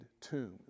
tomb